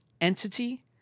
entity